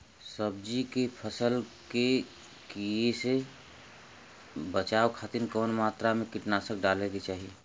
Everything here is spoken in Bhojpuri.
सब्जी के फसल के कियेसे बचाव खातिन कवन मात्रा में कीटनाशक डाले के चाही?